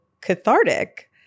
cathartic